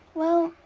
well,